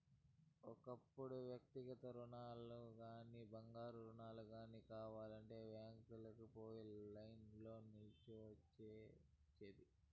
ఒకప్పుడు వ్యక్తిగత రుణాలుగానీ, బంగారు రుణాలు గానీ కావాలంటే బ్యాంకీలకి పోయి లైన్లో నిల్చోవల్సి ఒచ్చేది